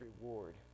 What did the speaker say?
reward